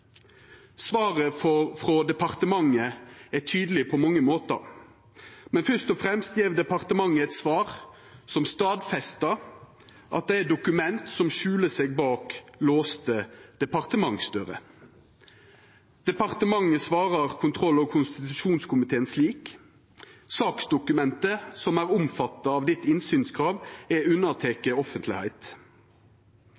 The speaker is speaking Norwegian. Svaret frå departementet er tydeleg på mange måtar, men først og fremst gjev departementet eit svar som stadfestar at det er eit dokument som skjuler seg bak låste departementsdører. Departementet svarar kontroll- og konstitusjonskomiteen at saksdokumentet som er omfatta av innsynskravet, er